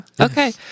Okay